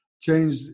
change